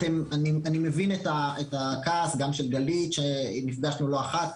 אני מבין את הכעס גם של גלית שנפגשנו לא אחת,